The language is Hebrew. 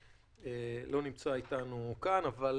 שלא נמצא איתנו כאן אבל